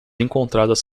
encontradas